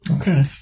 Okay